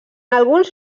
alguns